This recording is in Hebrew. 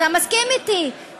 אתה מסכים אתי,